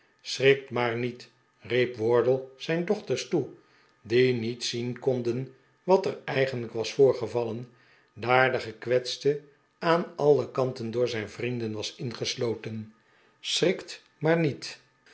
schrikt maar niet riep wardle zijn dochters toe die niet zien konden wat er eigenlijk was voorgevallen daar de gekwetste aan alle kanten door zijn vrienden was ingesloten schrikt maar niet